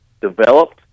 developed